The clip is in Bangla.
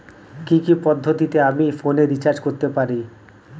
কি কি পদ্ধতিতে আমি ফোনে রিচার্জ করতে পারি?